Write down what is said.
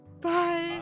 Bye